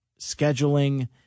scheduling